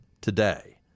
today